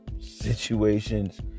situations